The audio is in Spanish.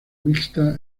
mixta